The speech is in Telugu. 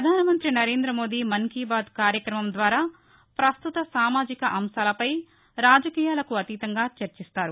పధాన మంతి నరేంద్ర మోదీ మన్ కీ బాత్ కార్యక్రమం ద్వారా పస్తుత సామాజిక అంశాలపై రాజకీయాలకు అతీతంగా చర్చిస్తారు